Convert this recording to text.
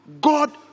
God